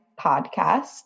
podcast